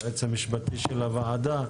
היועץ המשפטי של הוועדה,